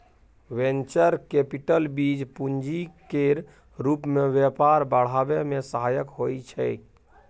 venture capital बीज पूंजी केर रूप मे व्यापार बढ़ाबै मे सहायक होइ छै